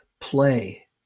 Play